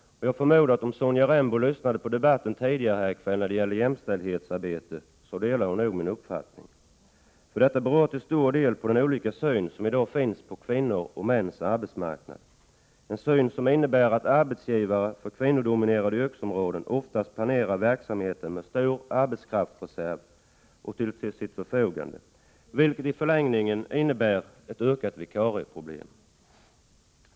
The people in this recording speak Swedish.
Jag förmodar att Sonja Rembo, om hon lyssnade på debatten tidigare här i kväll beträffande jämställdhetsarbetet, delar min uppfattning. Problemen beror till stor del på den olika syn som i dag finns på mäns och kvinnors arbetsmarknad, en syn som innebär att arbetsgivare för kvinnodominerade yrkesområden oftast planerar verksamheten med en stor arbetskraftsreserv till sitt förfogande, vilket i förlängningen innebär ett ökat vikarieproblem.